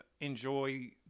enjoy